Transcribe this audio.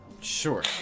Sure